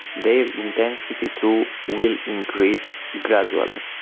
their intensity too will increase gradually.